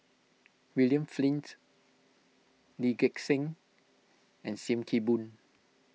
William Flint Lee Gek Seng and Sim Kee Boon